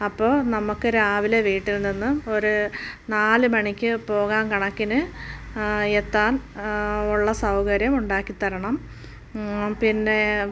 അപ്പോൾ നമുക്ക് രാവിലെ വീട്ടിൽ നിന്ന് ഒരു നാല് മണിക്ക് പോകാൻ കണക്കിന് എത്താൻ ഉള്ള സൗകര്യം ഉണ്ടാക്കിത്തരണം പിന്നെ